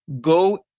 Go